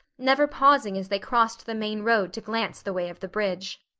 never pausing as they crossed the main road to glance the way of the bridge.